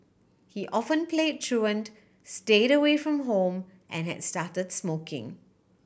he often played truant stayed away from home and had started smoking